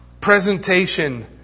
presentation